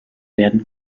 werden